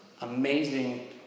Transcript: Amazing